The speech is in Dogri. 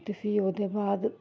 ते फ्ही ओह्दे बाद